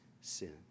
sin